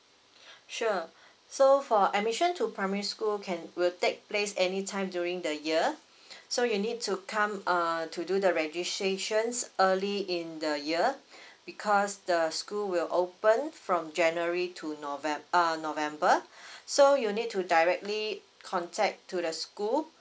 sure so for admission to primary school can will take place any time during the year so you need to come uh to do the registrations early in the year because the school will open from january to novemb~ err november so you need to directly contact to the school